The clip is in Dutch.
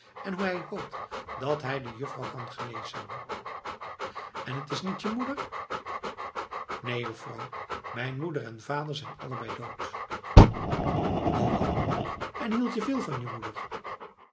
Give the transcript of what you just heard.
en hoe hij hoopt dat hij de juffrouw kan genezen en het is niet je moeder neen juffrouw mijn moeder en mijn vader zijn allebei dood al lang en hield je veel van je moeder